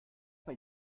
paar